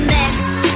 Next